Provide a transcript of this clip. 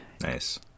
Nice